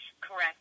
Correct